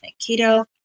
Keto